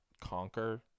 conquer